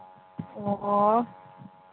ꯑꯣ